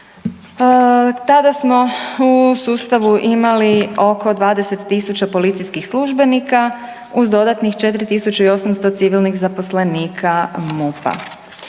Tada smo u sustavu imali oko 20 tisuća policijskih službenika uz dodatnih 4 tisuće i 800 civilnih zaposlenika MUP-a.